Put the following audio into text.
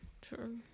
True